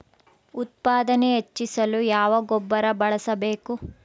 ಉತ್ಪಾದನೆ ಹೆಚ್ಚಿಸಲು ಯಾವ ಗೊಬ್ಬರ ಬಳಸಬೇಕು?